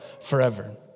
forever